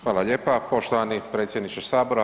Hvala lijepa poštovani predsjedniče Sabora.